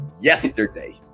yesterday